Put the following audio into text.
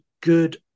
good